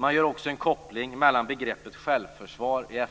Man gör också en koppling mellan begreppet självförsvar i